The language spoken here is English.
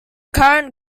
current